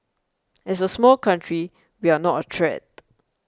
as a small country we are not a threat